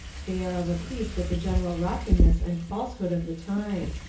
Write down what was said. they are of a piece with the general rottenness and falsehood of the time.